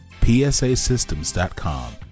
psasystems.com